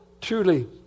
truly